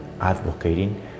advocating